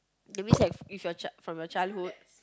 that means that if from your childhood